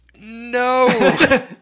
no